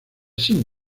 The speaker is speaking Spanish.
sin